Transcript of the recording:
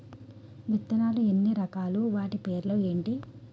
విత్తనాలు ఎన్ని రకాలు, వాటి పేర్లు ఏంటి?